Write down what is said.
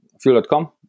fuel.com